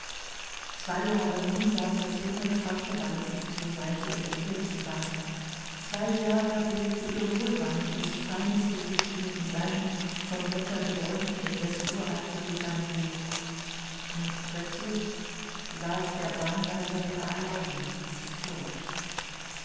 zwei jahre nun saß das junge zarte weib ihm zur seite in der kirchenbank zwei jahre blickte ihr hohlwangiges feines gesicht neben seinem vom wetter gebräunten in das uralte gesangbuch und plötzlich saß der bahnwärter wieder allein wie zuvor